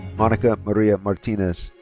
monica maria martinez.